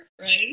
right